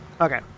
Okay